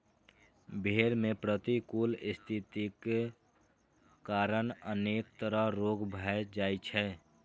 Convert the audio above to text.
भेड़ मे प्रतिकूल स्थितिक कारण अनेक तरह रोग भए जाइ छै